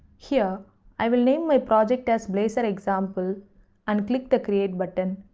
here i will name my project as blazor example and click the create button.